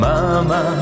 Mama